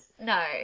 No